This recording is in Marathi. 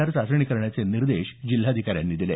आर चाचणी करण्याचे निर्देश जिल्हाधिकाऱ्यांनी दिले